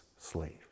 slave